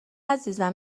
عزیزم